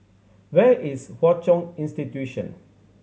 where is Hwa Chong Institution